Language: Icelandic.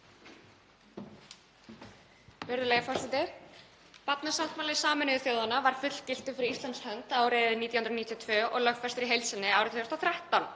Virðulegi forseti. Barnasáttmáli Sameinuðu þjóðanna var fullgiltur fyrir Íslands hönd árið 1992 og lögfestur í heild sinni árið 2013,